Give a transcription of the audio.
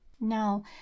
no